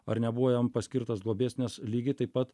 ar nebuvo jam paskirtas globėjas nes lygiai taip pat